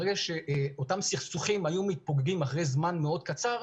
ברגע שאותם סכסוכים היו מתפוגגים אחרי זמן מאוד קצר,